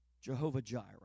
Jehovah-Jireh